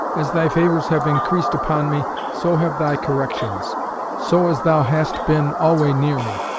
as thy favours have increased upon me, so have thy corrections so as thou hast been alway near me,